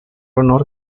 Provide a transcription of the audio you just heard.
honor